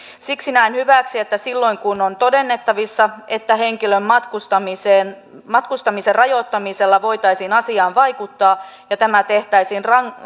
siksi näen hyväksi että silloin kun on todennettavissa että henkilön matkustamisen matkustamisen rajoittamisella voitaisiin asiaan vaikuttaa ja tämä tehtäisiin